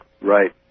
Right